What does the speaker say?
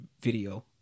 video